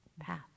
path